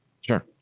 Sure